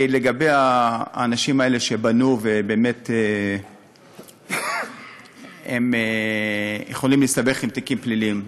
לגבי האנשים האלה שבנו ובאמת הם יכולים להסתבך עם תיקים פליליים.